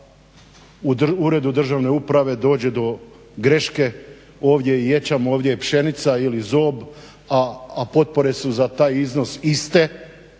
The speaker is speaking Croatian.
Uredu državne uprave dođe do greške ovdje ječam, ovdje je pšenica ili zob a potpore su za taj iznos iste